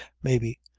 maybe,